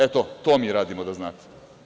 Eto, to mi radimo, da znate.